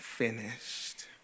finished